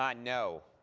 ah no.